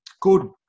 good